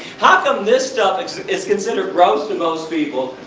how come this stuff is considered gross to most people.